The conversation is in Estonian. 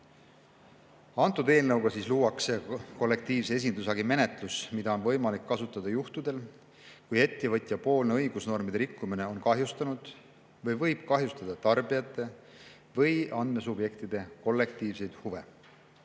Eelnõuga luuakse kollektiivse esindushagi menetlus, mida on võimalik kasutada juhtudel, kui ettevõtjapoolne õigusnormide rikkumine on kahjustanud või võib kahjustada tarbijate või andmesubjektide kollektiivseid